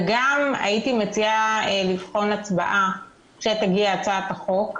וגם הייתי מציעה לבחון הצבעה לכשתגיע הצעת החוק,